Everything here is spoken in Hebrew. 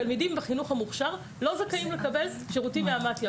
תלמידים בחינוך המוכש"ר לא זכאים לקבל שירותים מהמתי"א,